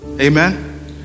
Amen